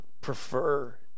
Prefer